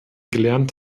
gelernt